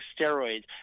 steroids